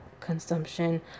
consumption